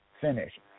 finish